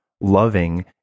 loving